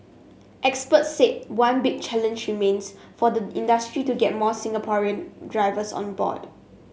experts said one big challenge remains for the industry to get more Singaporean drivers on board